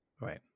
Right